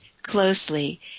Closely